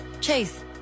Chase